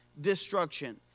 destruction